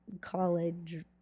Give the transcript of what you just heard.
college